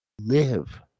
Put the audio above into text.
Live